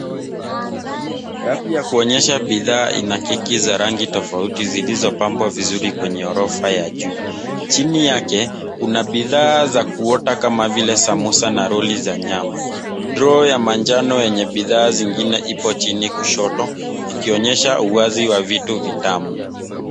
Rafu ya kuonyesha bidhaa ina keki za rangi tofauti zilizopambwa vizuri kwenye ghorofa ya juu. Chini yake kuna bidhaa za kuota kama vile samosa na roli za nyama. Droo ya manjano yenye bidhaa zingine ipo chini kushoto ikionyesha uwazi wa vitu vitamu.